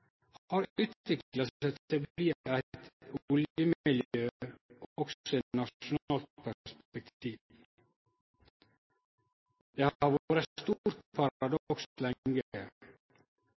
har utvikla seg til å bli eit oljemiljø også i nasjonalt perspektiv. Det har vore